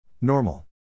Normal